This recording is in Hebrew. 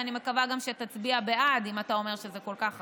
ואני מקווה גם שתצביע בעד אם אתה אומר שזה כל כך חשוב,